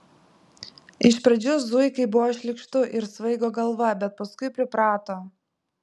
iš pradžių zuikai buvo šlykštu ir svaigo galva bet paskui priprato